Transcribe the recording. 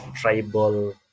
tribal